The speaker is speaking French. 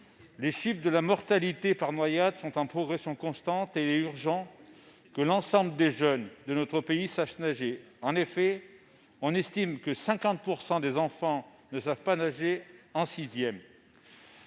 les chiffres de mortalité par noyade sont en progression constante et il est urgent que l'ensemble des jeunes de notre pays sachent nager. Aujourd'hui, on estime que 50 % des enfants ne possèdent pas cette